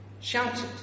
shouted